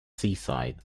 seaside